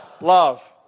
Love